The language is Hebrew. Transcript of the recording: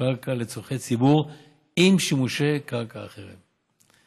קרקע לצורכי ציבור עם שימושי קרקע אחרים.